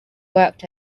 worked